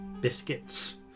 biscuits